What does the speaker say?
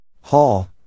Hall